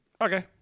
Okay